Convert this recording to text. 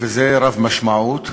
וזה רב-משמעות.